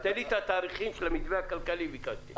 לתת לי את התאריכים של המתווה הכלכלי ביקשתי.